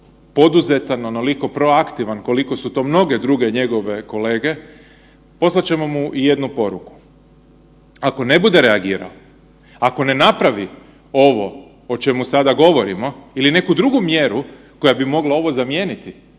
poduzetan, onoliko proaktivan koliko su to mnoge druge njegove kolege, poslat ćemo mu i jednu poruku. Ako ne bude reagirao, ako ne napravi ovo o čemu sada govorimo ili neku drugu mjeru koja bi mogla ovo zamijeniti,